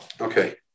Okay